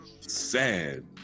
sad